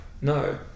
no